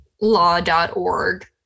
law.org